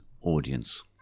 audience